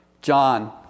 John